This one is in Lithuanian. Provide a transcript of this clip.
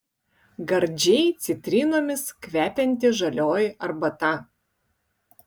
gardžiai citrinomis kvepianti žalioji arbata